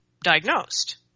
diagnosed